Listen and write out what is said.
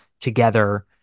together